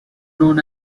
known